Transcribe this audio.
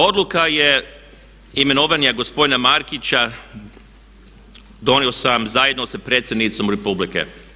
Odluku o imenovanju gospodina Markića donio sam zajedno sa predsjednicom Republike.